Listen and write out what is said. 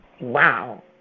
Wow